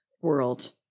world